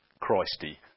Christy